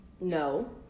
no